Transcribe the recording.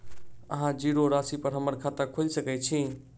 अहाँ जीरो राशि पर हम्मर खाता खोइल सकै छी?